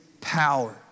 power